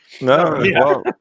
No